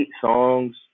songs